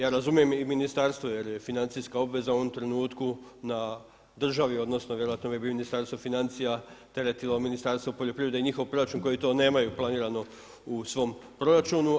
Ja razumijem i ministarstvo jer je financijska obveza u ovom trenutku na državi, odnosno vjerojatno bi Ministarstvo financija teretilo Ministarstvo poljoprivrede i njihov proračun koji to nemaju planirano u svom proračunu.